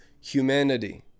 humanity